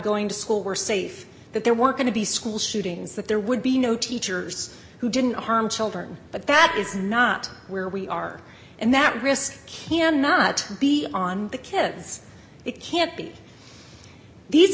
going to school were safe that there were going to be school shootings that there would be no teachers who didn't harm children but that is not where we are and that risk cannot be on the kids it can't be the